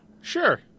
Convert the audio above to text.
Sure